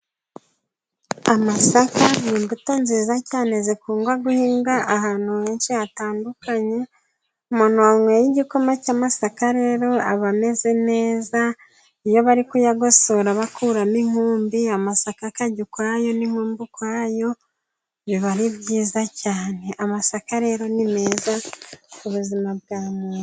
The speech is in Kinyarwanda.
Amasaka ni imbuto nziza cyane. Ikundaguhingwa ahantu henshi hatandukanye . Umuntu wanyweye y'igikoma cy'amasaka rero aba ameze neza. Iyo barimo kuyagosora babakuramo inkumbi , amasakaka akajya ukwayo ,n'inkumbi ukwazo , biba ari byiza cyane. Amasaka rero ni meza ku buzima bwa muntu.